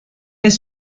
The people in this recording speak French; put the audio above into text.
est